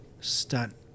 Stunt